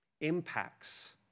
impacts